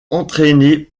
entraîné